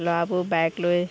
ল'ৰাবোৰ বাইক লৈ